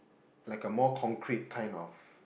like a more concrete kind of